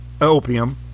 Opium